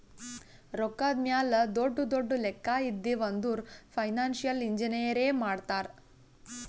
ರೊಕ್ಕಾದ್ ಮ್ಯಾಲ ದೊಡ್ಡು ದೊಡ್ಡು ಲೆಕ್ಕಾ ಇದ್ದಿವ್ ಅಂದುರ್ ಫೈನಾನ್ಸಿಯಲ್ ಇಂಜಿನಿಯರೇ ಮಾಡ್ತಾರ್